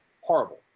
horrible